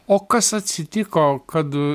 o kas atsitiko kad